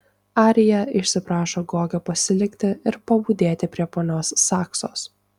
arija išsiprašo gogio pasilikti ir pabudėti prie ponios saksos